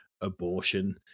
abortion